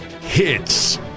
Hits